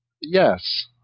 yes